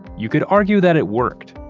you could argue that it worked.